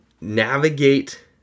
navigate